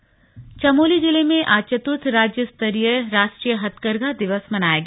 हथकरघा दिवस चमोली जिले में आज चतुर्थ राज्य स्तरीय राष्ट्रीय हथकरघा दिवस मनाया गया